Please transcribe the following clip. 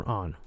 on